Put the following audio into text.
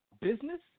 business